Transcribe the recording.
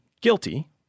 guilty